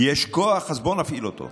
יש כוח, אז בוא נפעיל אותו,